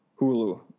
Hulu